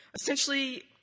Essentially